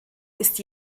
ist